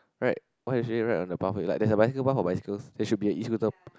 right why usually ride on the pathway there should a bicycle path for bicycle there should be a Escooter